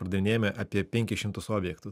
pardavinėjame apie penkis šimtus objektų